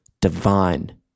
divine